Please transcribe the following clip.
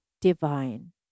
divine